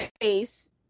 face